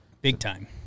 big-time